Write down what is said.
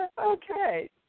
Okay